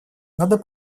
надо